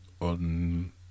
on